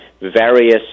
various